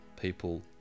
people